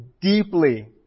deeply